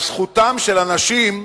על זכותם של אנשים